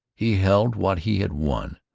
he held what he had won,